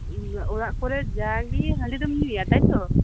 ᱚᱲᱟᱜ ᱠᱚᱨᱮ ᱡᱟᱜᱤ ᱦᱟᱺᱰᱤ ᱫᱚᱢ ᱧᱩᱭᱟ ᱛᱟᱭᱛᱚ